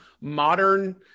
modern